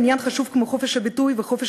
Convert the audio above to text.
עניין חשוב כמו חופש הביטוי וחופש